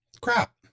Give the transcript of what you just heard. crap